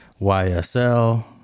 YSL